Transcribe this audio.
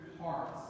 hearts